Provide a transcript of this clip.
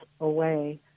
away